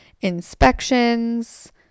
inspections